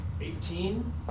eighteen